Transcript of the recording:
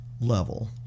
level